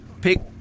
Pick